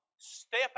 Step